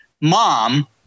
mom